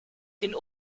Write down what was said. den